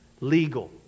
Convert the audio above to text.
Legal